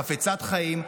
חפצת חיים,